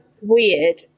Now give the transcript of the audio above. weird